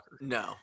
No